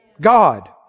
God